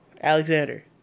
Alexander